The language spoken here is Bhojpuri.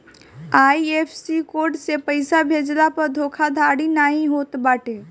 आई.एफ.एस.सी कोड से पइसा भेजला पअ धोखाधड़ी नाइ होत बाटे